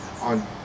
on